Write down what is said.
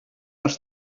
els